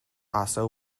also